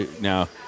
Now